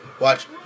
watch